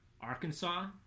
Arkansas